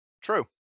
True